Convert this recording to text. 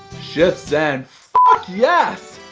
shift's end but yes.